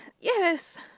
Yes